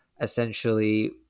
essentially